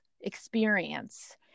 experience